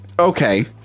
Okay